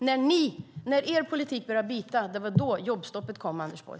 Det var när er politik började bita som jobbstoppet kom, Anders Borg.